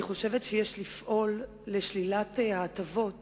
אני חושבת שיש לפעול לשלילת ההטבות